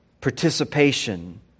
participation